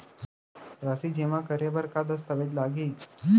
राशि जेमा करे बर का दस्तावेज लागही?